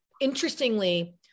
interestingly-